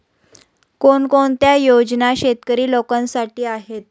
कोणकोणत्या योजना शेतकरी लोकांसाठी आहेत?